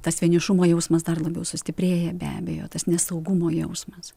tas vienišumo jausmas dar labiau sustiprėja be abejo tas nesaugumo jausmas